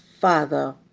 Father